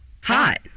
Hot